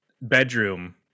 bedroom